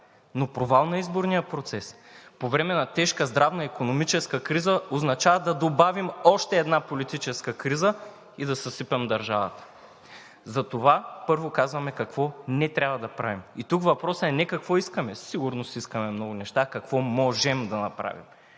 Но провал на изборния процес по време на тежка здравна и икономическа криза означава да добавим още една политическа криза и да съсипем държавата. Затова, първо, казваме какво не трябва да правим. И тук въпросът е не какво искаме, със сигурност искаме много неща, а какво можем да направим.